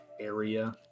area